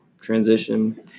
transition